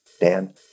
Dan